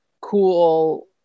cool